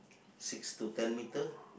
six to ten metre